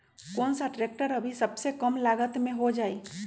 कौन सा ट्रैक्टर अभी सबसे कम लागत में हो जाइ?